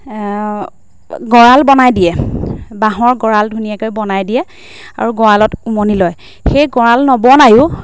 গঁৰাল বনাই দিয়ে বাঁহৰ গঁৰাল ধুনীয়াকৈ বনাই দিয়ে আৰু গঁৰালত উমনি লয় সেই গঁৰাল নবনায়ো